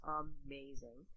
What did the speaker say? amazing